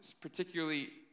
particularly